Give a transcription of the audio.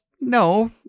No